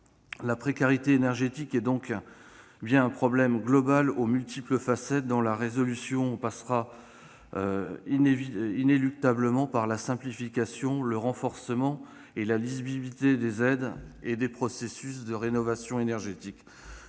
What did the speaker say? La précarité énergétique est donc bien un problème global aux multiples facettes ; sa résolution passera inéluctablement par la simplification, le renforcement et la lisibilité accrue des aides et des processus de rénovation énergétique.